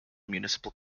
municipal